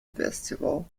festival